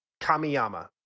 Kamiyama